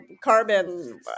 carbon